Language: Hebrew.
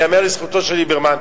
ייאמר לזכותו של ליברמן,